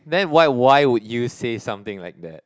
then what why would you say something like that